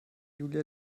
julia